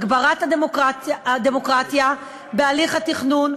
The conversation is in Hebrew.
הגברת הדמוקרטיה בהליך התכנון,